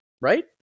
right